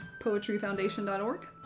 poetryfoundation.org